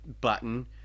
button